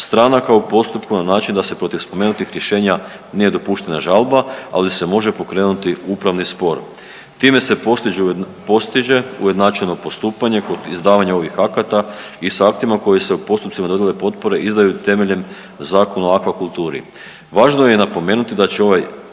stranaka u postupku na način da se protiv spomenutih rješenja nije dopuštena žalba, ali se može pokrenuti upravni spor. Time se postiže ujednačeno postupanje kod izdavanja ovih akata i s aktima koji se u postupcima dodjele potpore izdaju temeljem Zakona o akvakulturi. Važno je i napomenuti da će ovaj